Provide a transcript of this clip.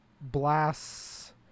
Blasts